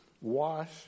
wash